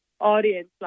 audience